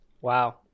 Wow